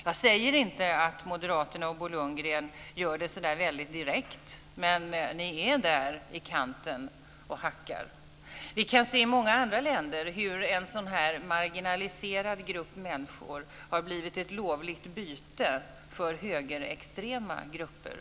Jag säger inte att Moderaterna och Bo Lundgren gör det så väldigt direkt, men de är där i kanten och hackar. Vi kan se i många andra länder hur en sådan här marginaliserad grupp människor har blivit ett lovligt byte för högerextrema grupper.